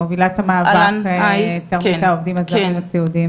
מובילת המאבק נגד תרמית העובדים הזרים הסיעודיים.